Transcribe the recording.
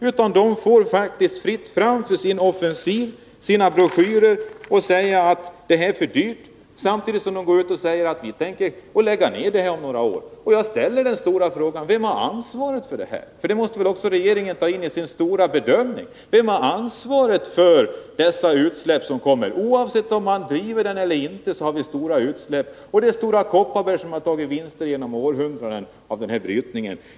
Bolaget får faktiskt fritt fram för sin offensiv och sina broschyrer, där man säger att detta är för dyrt. Och samtidigt går bolaget ut och säger: Vi tänker lägga ned den här verksamheten om några år. Jag ställer den stora frågan: Vem har ansvaret för det här? Detta måste väl ändå regeringen ta in i sin stora bedömning? Vem har ansvaret för dessa stora utsläpp, som sker oavsett om man driver verksamheten eller inte? Och det är Stora Kopparberg som genom århundraden har tagit hem vinster av den här brytningen.